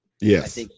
Yes